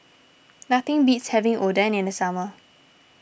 nothing beats having Oden in the summer